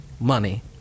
money